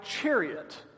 chariot